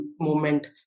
movement